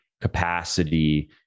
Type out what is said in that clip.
Capacity